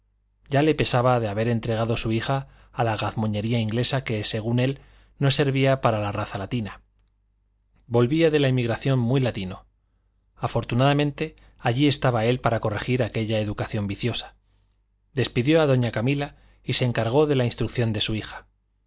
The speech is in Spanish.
ya le pesaba de haber entregado su hija a la gazmoñería inglesa que según él no servía para la raza latina volvía de la emigración muy latino afortunadamente allí estaba él para corregir aquella educación viciosa despidió a doña camila y se encargó de la instrucción de su hija